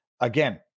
again